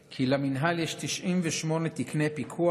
כי למינהל יש 98 תקני פיקוח